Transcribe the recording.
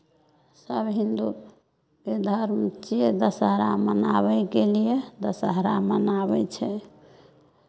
सभ हिन्दूके धर्म छियै दशहरा मनाबयके लिए दशहरा मनाबै छै